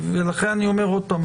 ולכן אני אומר עוד פעם,